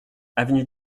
avenue